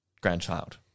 grandchild